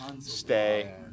stay